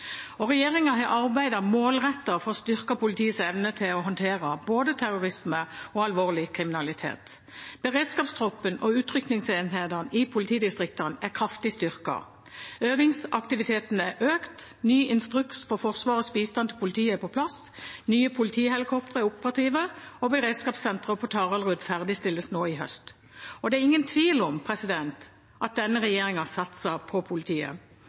har arbeidet målrettet for å styrke politiets evne til å håndtere både terrorisme og alvorlig kriminalitet. Beredskapstroppen og utrykningsenhetene i politidistriktene er kraftig styrket, øvingsaktiviteten er økt, ny instruks for Forsvarets bistand til politiet er på plass, nye politihelikoptre er operative og beredskapssenteret på Taraldrud ferdigstilles nå i høst. Det er ingen tvil om at denne regjeringen satser på politiet,